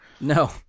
No